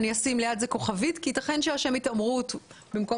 אני אשים ליד זה כוכבית כי ייתכן שהשם "התעמרות במקום